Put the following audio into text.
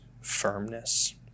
firmness